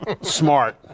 Smart